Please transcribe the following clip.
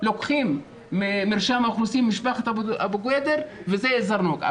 לוקחים ממרשם האוכלוסין את משפחת אבו קויאדר וזה זרנוג,